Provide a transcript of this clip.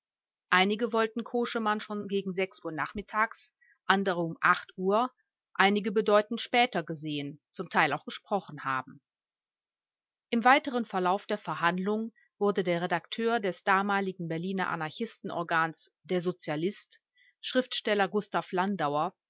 einige wollten koschemann schon gegen uhr nachmittags andere um uhr einige bedeutend später gesehen zum teil auch gesprochen haben im weiteren verlauf der verhandlung wurde der redakteur des damaligen berliner anarchistenorgans der sozialist schriftsteller gustav